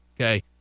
Okay